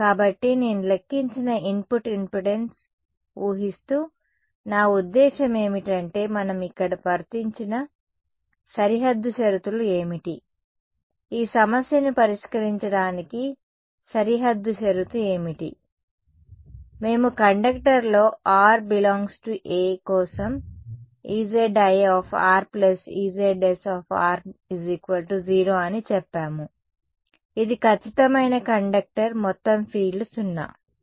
కాబట్టి నేను లెక్కించిన ఇన్పుట్ ఇంపెడెన్స్ ఊహిస్తూ నా ఉద్దేశ్యం ఏమిటంటే మనం ఇక్కడ వర్తించిన సరిహద్దు షరతులు ఏమిటి ఈ సమస్యను పరిష్కరించడానికి సరిహద్దు షరతు ఏమిటి మేము కండక్టర్లో r ∈ A కోసం Ezi Ezs 0 అని చెప్పాము ఇది ఖచ్చితమైన కండక్టర్ మొత్తం ఫీల్డ్ 0